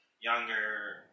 younger